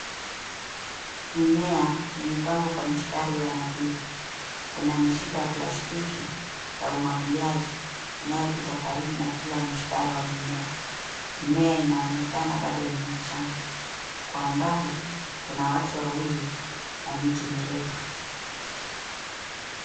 Mimea, imepangwa kwa mistari ya nadhifu, kuna mishipa ya plastiki ya umwagiliaji inayopita karibu na kila mstari wa mmea. Mimea inaonekana bado ni mchana, kwa umbali, kuna watu wawili na miti mirefu.